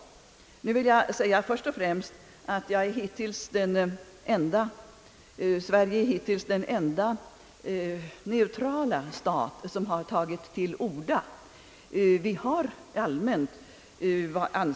Nu vill jag först och främst säga, att Sverige hittills är den enda neutrala stat som har tagit till orda vid årets genevesession.